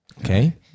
okay